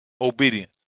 Obedience